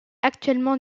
actuellement